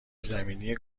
زمینی